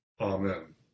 Amen